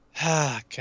God